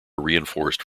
reinforced